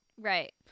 Right